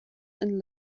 and